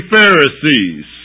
Pharisees